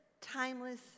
timeless